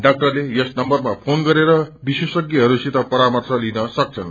डाक्टरले यस नम्बरमा फ्रेन गरेर विशेषज्ञहरूसित परार्मश लिन सक्छन्